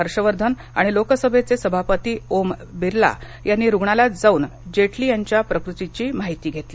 हर्षवर्धन आणि लोकसभेचे सभापती ओम बिर्ला यांनी रुग्णालयात जाऊन जेटली यांच्या प्रकृतीची माहिती घेतली